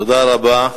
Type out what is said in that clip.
תודה רבה.